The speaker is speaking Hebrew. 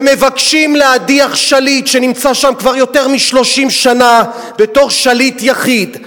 ומבקשים להדיח שליט שנמצא שם כבר יותר מ-30 שנה בתור שליט יחיד,